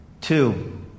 Two